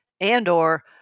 And/or